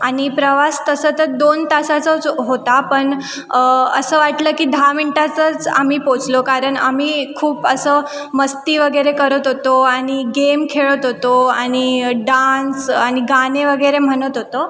आणि प्रवास तसं तर दोन तासाचाच होता पण असं वाटलं की दहा मिनटातच आम्ही पोचलो कारण आम्ही खूप असं मस्ती वगैरे करत होतो आणि गेम खेळत होतो आणि डान्स आणि गाणे वगैरे म्हणत होतो